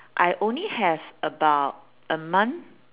I only have about a month